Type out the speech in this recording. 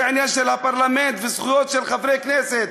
זה עניין של הפרלמנט וזכויות של חברי כנסת.